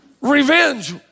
Revenge